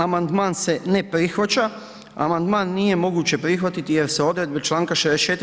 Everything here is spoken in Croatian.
Amandman se ne prihvaća, amandman nije moguće prihvatiti jer se odredbe članka 64.